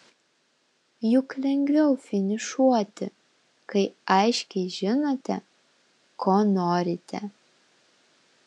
juk lengviau finišuoti kai aiškiai žinote ko norite